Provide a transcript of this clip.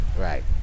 Right